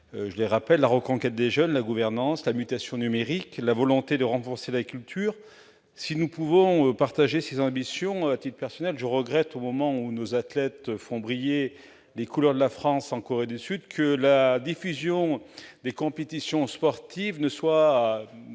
objectifs : la reconquête des jeunes, la gouvernance, la mutation numérique, le renforcement de la culture. Si nous pouvons partager ces ambitions, je regrette à titre personnel, au moment où nos athlètes font briller les couleurs de la France en Corée du Sud, que la diffusion des compétitions sportives ne